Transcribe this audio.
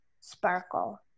Sparkle